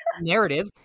narrative